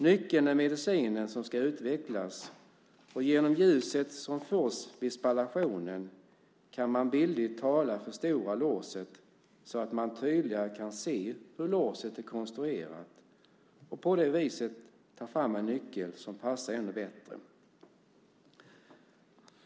Nyckeln är medicinen som ska utvecklas, och genom ljuset som fås vid spallationen kan man bildligt talat förstora låset så att man tydligare kan se hur låset är konstruerat och på det viset ta fram en nyckel som passar ännu bättre.